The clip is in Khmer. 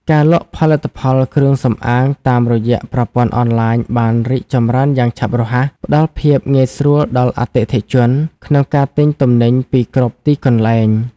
ការលក់ផលិតផលគ្រឿងសម្អាងតាមរយៈប្រព័ន្ធអនឡាញបានរីកចម្រើនយ៉ាងឆាប់រហ័ស ផ្ដល់ភាពងាយស្រួលដល់អតិថិជនក្នុងការទិញទំនិញពីគ្រប់ទីកន្លែង។